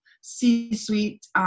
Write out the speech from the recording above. C-suite